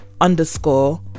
underscore